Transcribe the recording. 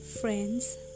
friends